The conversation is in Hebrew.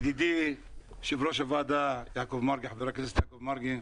ידידי, יושב-ראש הוועדה, חבר הכנסת יעקב מרגי.